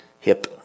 hip